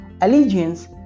allegiance